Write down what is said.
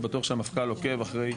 ובטוח שהמפכ"ל עוקב אחרי